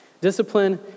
Discipline